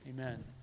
amen